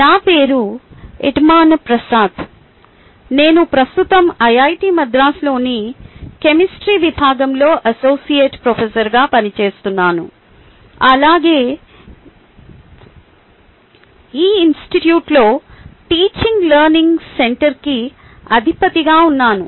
నా పేరు ఎడమానా ప్రసాద్ నేను ప్రస్తుతం ఐఐటి మద్రాసులోని కెమిస్ట్రీ విభాగంలో అసోసియేట్ ప్రొఫెసర్గా పనిచేస్తున్నాను అలాగే ఈ ఇనిస్టిట్యూట్లో టీచింగ్ లెర్నింగ్ సెంటర్కి అధిపతిగా ఉన్నాను